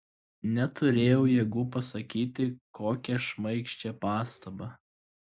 neturėjau jėgų pasakyti kokią šmaikščią pastabą